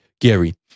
Gary